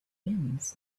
winds